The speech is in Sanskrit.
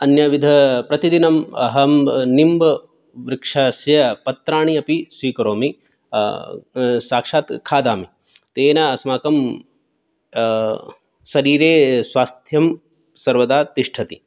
अन्यविध प्रतिदिनम् अहं निम्बवृक्षस्य पत्राणि अपि स्वीकरोमि साक्षात् खादामि तेन अस्माकं शरीरे स्वास्थ्यं सर्वदा तिष्ठति